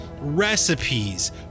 recipes